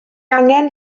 angen